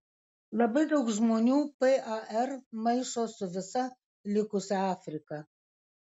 labai daug žmonių par maišo su visa likusia afrika